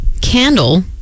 candle